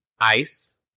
Ice